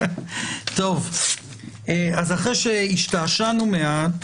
טוב, אז אחרי שהשתעשענו מעט,